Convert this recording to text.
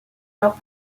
alors